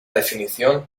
definición